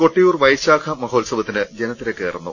കൊട്ടിയൂർ വൈശാഖ മഹോത്സവത്തിന് ജനത്തിരക്കേറുന്നു